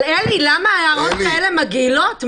אבל, אלי, למה הערות כאלה מגעילות?